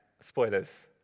spoilers